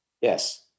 Yes